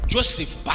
Joseph